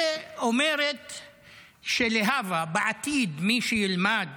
שאומרת שלהבא, בעתיד, מי שילמד